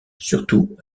surtout